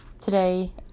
today